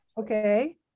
Okay